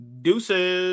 Deuces